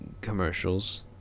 commercials